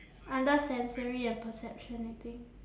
under sensory and perception I think